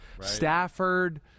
Stafford